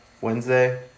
Wednesday